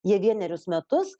jie vienerius metus